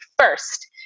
first